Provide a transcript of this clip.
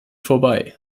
vorbei